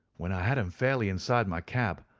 when i had him fairly inside my cab,